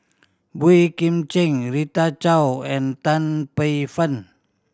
Boey Kim Cheng Rita Chao and Tan Paey Fern